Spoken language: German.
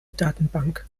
datenbank